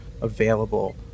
available